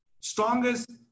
strongest